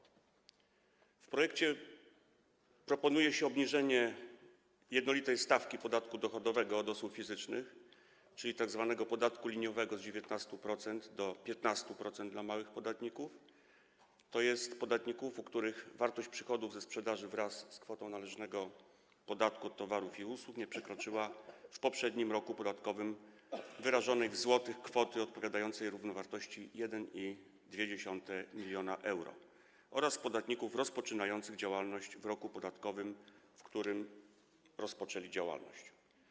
W projekcie proponuje się obniżenie jednolitej stawki podatku dochodowego od osób fizycznych, czyli tzw. podatku liniowego z 19% do 15% dla małych podatników, tj. podatników, u których wartość przychodów ze sprzedaży wraz z kwotą należnego podatku od towarów i usług nie przekroczyła w poprzednim roku podatkowym wyrażonej w złotych kwoty odpowiadającej równowartości 1,2 mln euro, oraz podatników rozpoczynających działalność w roku podatkowym, w którym rozpoczęli działalność.